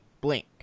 Blink